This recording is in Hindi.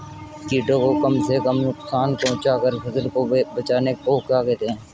कीटों को कम से कम नुकसान पहुंचा कर फसल को बचाने को क्या कहते हैं?